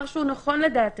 זה דבר שהוא נכון לדעתנו.